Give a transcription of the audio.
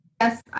Yes